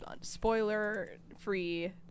spoiler-free